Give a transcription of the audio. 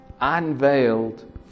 unveiled